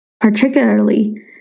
particularly